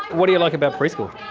what do you like about preschool?